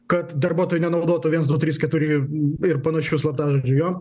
kad darbuotojai nenaudotų viens du trys keturi ir panašių slaptažodžių